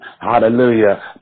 hallelujah